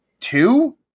two